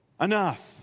enough